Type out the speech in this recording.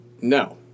no